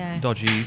dodgy